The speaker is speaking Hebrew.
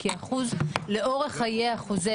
בכאחוז לאורך חיי החוזה.